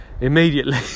immediately